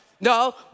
No